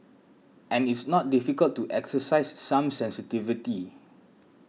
and it's not difficult to exercise some sensitivity